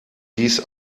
dies